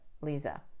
Lisa